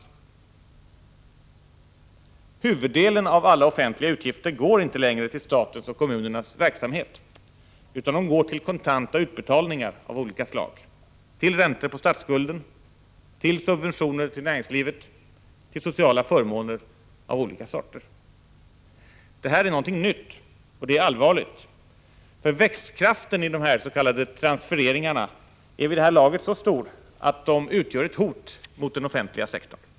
I Huvuddelen av alla offentliga utgifter går inte längre till statens och kommunernas verksamhet, utan till kontanta utbetalningar av olika slag — räntor på statsskulden, subventioner till näringslivet, sociala förmåner av olika sorter. Det här är någonting nytt, och det är allvarligt. För växtkraften i dessa s.k. transfereringar är vid det här laget så stor att de utgör ett hot mot den offentliga sektorn.